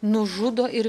nužudo ir